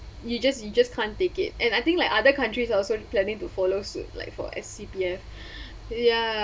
you just you just can't take it and I think like other countries are also planning to follow soon like for as C_P_F ya